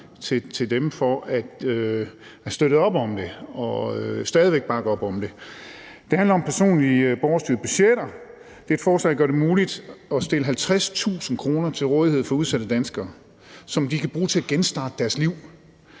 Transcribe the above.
til dem for at støtte op om det og stadig væk bakke op om det. Det handler om personlige borgerstyrede budgetter. Det er et forslag, der gør det muligt at stille 50.000 kr. til rådighed for udsatte danskere, som de kan bruge til at genstarte deres liv.